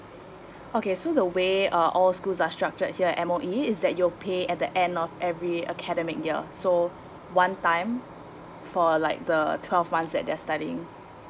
okay so the way uh all schools are structured here at M_O_E is that you'll pay at the end of every academic year so one time for like the twelve months that they're studying